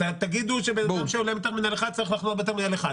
תגידו שבן אדם שעולה מטרמינל 1 צריך לחנות בטרמינל 1,